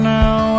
now